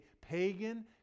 pagan